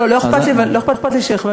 לא אכפת לי.